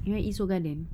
you want eat seoul garden